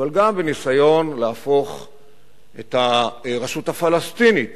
אבל גם בניסיון להפוך את הרשות הפלסטינית